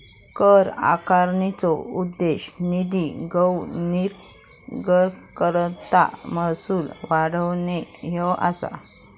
कर आकारणीचो उद्देश निधी गव्हर्निंगकरता महसूल वाढवणे ह्या असा